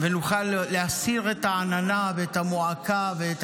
ונוכל להסיר את העננה ואת המועקה ואת